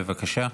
בבקשה.